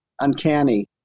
uncanny